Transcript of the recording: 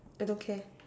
I don't care